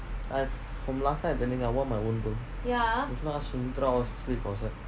I from last time I want my own room that's why all sleep outside